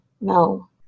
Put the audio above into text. no